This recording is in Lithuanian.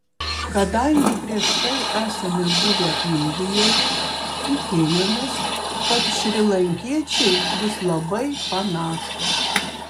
kadangi prieš tai esame buvę indijoje tikėjomės kad šrilankiečiai bus labai panašūs